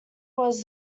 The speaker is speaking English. was